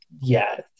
Yes